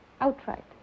outright